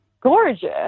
gorgeous